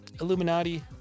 Illuminati